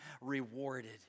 rewarded